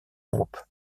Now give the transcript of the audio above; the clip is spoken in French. groupe